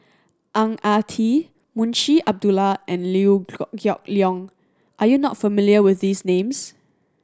Ang Ah Tee Munshi Abdullah and Liew Geok Leong are you not familiar with these names